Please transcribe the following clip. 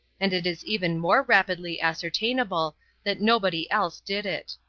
and it is even more rapidly ascertainable that nobody else did it.